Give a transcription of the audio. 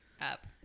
up